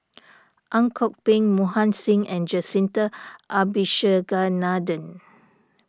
Ang Kok Peng Mohan Singh and Jacintha Abisheganaden